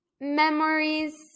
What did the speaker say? memories